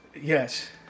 Yes